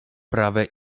prawe